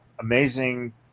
Amazing